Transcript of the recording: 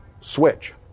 switch